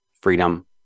freedom